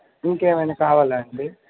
ఇంకేమైనా కావాలా అండి